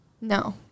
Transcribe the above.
no